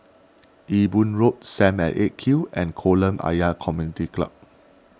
Ewe Boon Road Sam at eight Q and Kolam Ayer Community Club